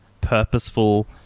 purposeful